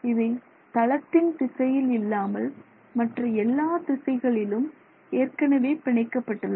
இவை தளத்தின் திசையில் இல்லாமல் மற்ற எல்லா திசைகளிலும் ஏற்கனவே பிணைக்கப்பட்டுள்ளன